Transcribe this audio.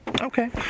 Okay